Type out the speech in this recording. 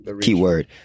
keyword